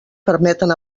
permeten